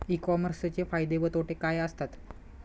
E कॉमर्सचे फायदे व तोटे काय असतात?